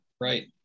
right